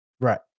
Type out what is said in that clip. Right